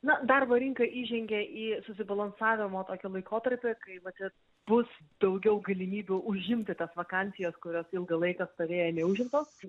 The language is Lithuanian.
na darbo rinką įžengė į susibalansavimo tokį laikotarpį kai matyt bus daugiau galimybių užimti tas vakansijas kurios ilgą laiką stovėjo neužimtos